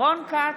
רון כץ,